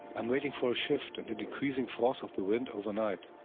am waiting for a shift and a decreasing force of the wind overnight,